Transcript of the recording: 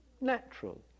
natural